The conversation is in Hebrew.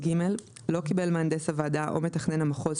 (ג)לא קיבל מהנדס הוועדה או מתכנן המחוז,